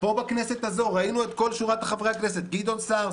פה בכנסת הזו ראינו את כל שורת חברי הכנסת: גדעון סער,